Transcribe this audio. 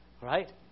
Right